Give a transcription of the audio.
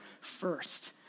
first